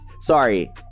Sorry